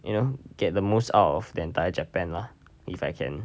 you know get the most out of the entire japan lah if I can